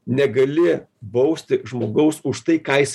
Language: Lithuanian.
negali bausti žmogaus už tai ką jis